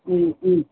ம் ம்